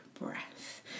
breath